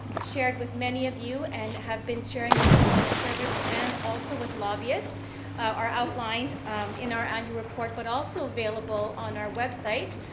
shared with many of you and have been sharing with the public service and also with lobbyists are outlined in our annual report but also available on our website.